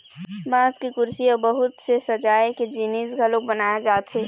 बांस के कुरसी अउ बहुत से सजाए के जिनिस घलोक बनाए जाथे